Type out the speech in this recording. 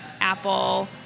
Apple